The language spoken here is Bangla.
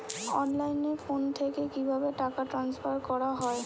অনলাইনে ফোন থেকে কিভাবে টাকা ট্রান্সফার করা হয়?